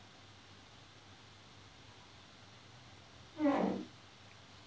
no